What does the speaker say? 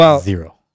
Zero